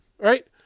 Right